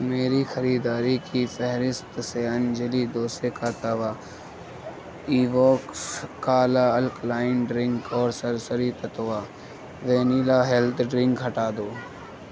میری خریداری کی فہرست سے انجلی دوسے کا توا ایووکس کالا الکلائن ڈرنک اور سرسری تتوا وینیلا ہیلتھ ڈرنک ہٹا دو